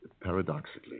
Paradoxically